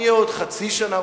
אני אהיה עוד חצי שנה.